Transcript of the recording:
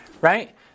right